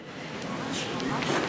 כבוד נשיא המדינה